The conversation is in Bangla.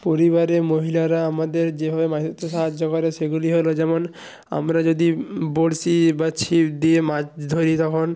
পরিবারে মহিলারা আমাদের যেভাবে মাছ ধরতে সাহায্য করে সেগুলি হলো যেমন আমরা যদি বড়শি বা ছিপ দিয়ে মাছ ধরি তখন